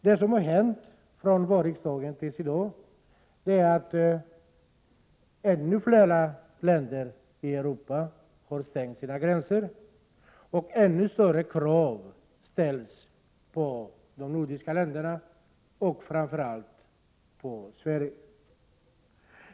Det som har hänt från vårriksdagen till i dag är att ännu flera länder i Europa har stängt sina gränser och att ännu större krav ställs på de nordiska länderna, framför allt på Sverige.